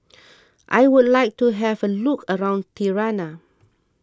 I would like to have a look around Tirana